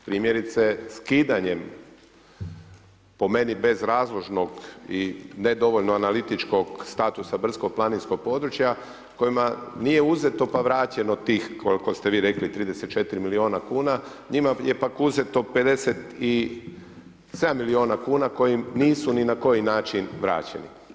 Primjerice skidanjem po meni bezrazložnog i nedovoljno analitičkog statusa brdsko-planinskog područja, kojima nije uzeto pa vraćeno tih koliko ste vi rekli, 24 milijuna kuna, njima je pak uzeto 57 milijuna kuna kojim nisu ni na koji način vraćeni.